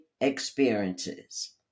experiences